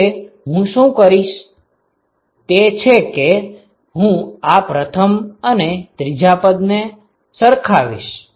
હવે હું શુ કરીશ તે છે કે હું આ પ્રથમ અને ત્રીજા પદ ને સરખાવીશ